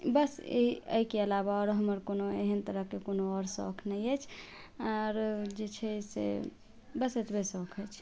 बस एहिके अलावा आओर हमर कोनो एहेन तरह के कोनो आओर शौख नहि अछि आर जे छै से बस एतबे शौख अछि